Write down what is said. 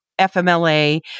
FMLA